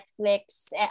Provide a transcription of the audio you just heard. Netflix